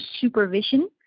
supervision